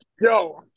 Yo